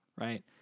right